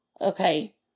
Okay